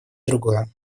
другое